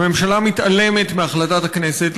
הממשלה מתעלמת מהחלטת הכנסת,